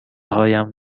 هایم